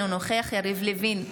אינו נוכח יריב לוין,